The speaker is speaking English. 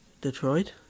Detroit